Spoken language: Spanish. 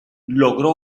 logró